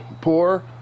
poor